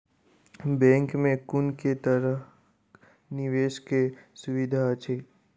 Bank मे कुन केँ तरहक निवेश कऽ सुविधा अछि?